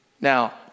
Now